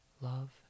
love